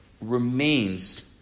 remains